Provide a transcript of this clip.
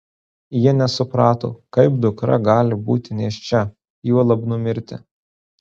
jie nesuprato kaip dukra gali būti nėščia juolab numirti